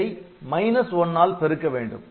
இதை ' 1' ஆல் பெருக்க வேண்டும்